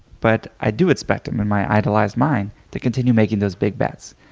but i do expect him in my idolized mind to continue making those big bets.